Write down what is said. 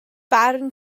barn